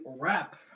wrap